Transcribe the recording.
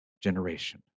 generation